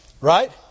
Right